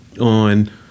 on